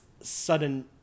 sudden